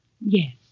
Yes